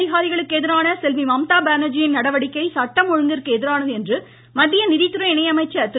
அதிகாரிகளுக்கு எதிரான செல்வி மம்தா பானா்ஜியின் நடவடிக்கை சட்டஒழுங்கிற்கு எதிரானது என்று மத்திய நிதித்துறை இணையமைச்சர் திரு